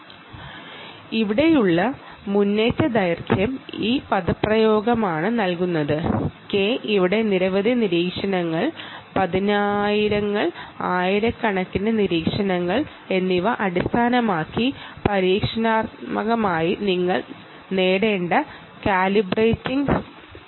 See slide time 5134 ഇവിടെയുള്ള stride ദൈർഘ്യം ഈ പദപ്രയോഗമാണ് നൽകുന്നത് k നിങ്ങളുടെ നിരീക്ഷണങ്ങളെ അടിസ്ഥാനമാക്കി പരീക്ഷണാത്മകമായി നിങ്ങൾ കണ്ടുപിടിക്കേണ്ട കാലിബ്രേറ്റിംഗ് കോൺസ്റ്റൻ്റ് ആണ്